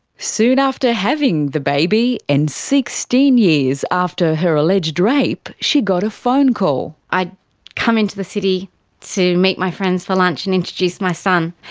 soon after having the baby, and sixteen years after her alleged rape, she got a phone call. i'd come into the city to meet my friends for lunch and to introduce my son.